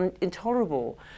intolerable